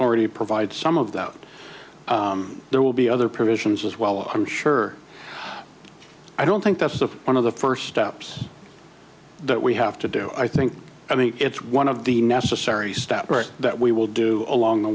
already provide some of the out there will be other provisions as well i'm sure i don't think that's one of the first steps that we have to do i think i mean it's one of the necessary steps that we will do along the